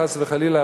חס וחלילה,